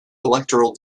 electoral